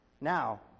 Now